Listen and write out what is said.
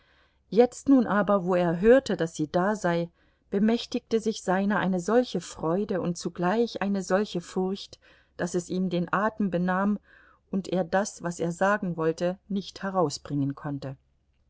jetzt nun aber wo er hörte daß sie da sei bemächtigte sich seiner eine solche freude und zugleich eine solche furcht daß es ihm den atem benahm und er das was er sagen wollte nicht herausbringen konnte